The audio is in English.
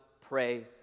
pray